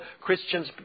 Christians